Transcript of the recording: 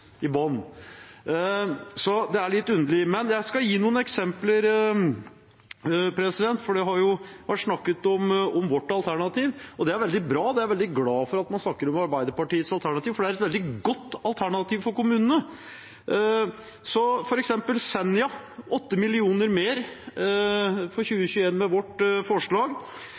i bunnen, så det er litt underlig. Men jeg skal gi noen eksempler, for det har jo vært snakket om vårt alternativ, og det er veldig bra. Jeg er veldig glad for at man snakker om Arbeiderpartiets alternativ, for det er et veldig godt alternativ for kommunene: Senja får 8 mill. kr mer for 2021 med vårt forslag,